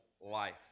life